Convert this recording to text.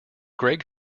greg